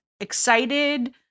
excited